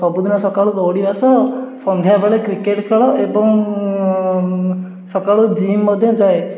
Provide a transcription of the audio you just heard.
ସବୁଦିନ ସକାଳୁ ଦୌଡ଼ିବା ସହ ସନ୍ଧ୍ୟାବେଳେ କ୍ରିକେଟ୍ ଖେଳ ଏବଂ ସକାଳୁ ଜିମ୍ ମଧ୍ୟ ଯାଏ